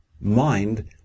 mind